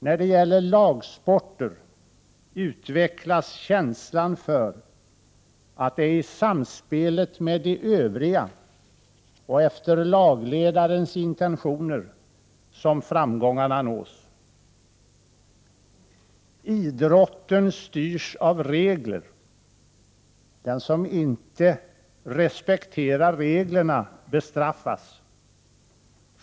När det gäller lagsporter utvecklas känslan för att det är i samspelet med de övriga och efter lagledarens intentioner som framgångarna nås. Idrotten styrs av regler. Den som inte respekterar reglerna bestraffas.